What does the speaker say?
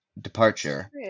departure